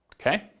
Okay